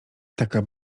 taka